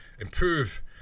improve